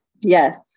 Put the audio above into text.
Yes